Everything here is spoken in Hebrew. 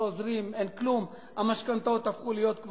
לא עוזרים, אין כלום, המשכנתאות כבר הפכו להיות,